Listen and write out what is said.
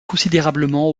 considérablement